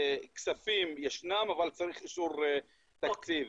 כספים ישנם, אבל צריך אישור תקציב.